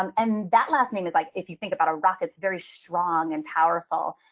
um and that last thing is like if you think about a rock, it's very strong and powerful.